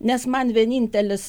nes man vienintelis